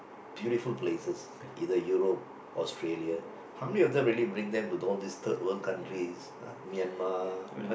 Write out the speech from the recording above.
beautiful places either Europe Australia how many of them really bring them to all these third world countries ah Myanmar